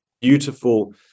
beautiful